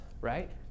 right